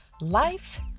Life